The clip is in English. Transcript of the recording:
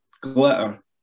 glitter